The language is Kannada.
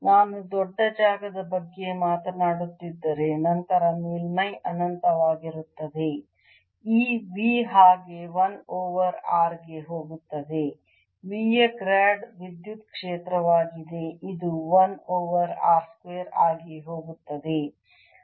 ನಾನು ದೊಡ್ಡ ಜಾಗದ ಬಗ್ಗೆ ಮಾತನಾಡುತ್ತಿದ್ದರೆ ನಂತರ ಮೇಲ್ಮೈ ಅನಂತವಾಗಿರುತ್ತದೆ ಈ V ಹಾಗೆ 1 ಓವರ್ r ಗೆ ಹೋಗುತ್ತದೆ V ಯ ಗ್ರೇಡ್ ವಿದ್ಯುತ್ ಕ್ಷೇತ್ರವಾಗಿದೆ ಇದು 1 ಓವರ್ r ಸ್ಕ್ವೇರ್ ಆಗಿ ಹೋಗುತ್ತದೆ